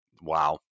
Wow